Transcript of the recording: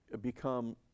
become